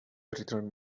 returned